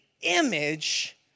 image